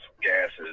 gases